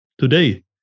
Today